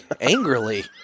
angrily